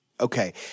Okay